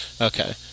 Okay